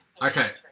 Okay